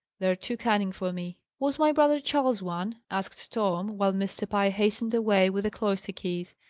they're too cunning for me. was my brother charles one? asked tom, while mr. pye hastened away with the cloister keys.